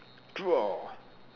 draw